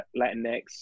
Latinx